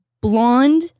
blonde